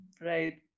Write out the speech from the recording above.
right